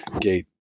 gate